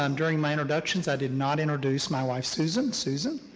um during my introductions i did not introduce my wife susan susan,